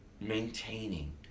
Maintaining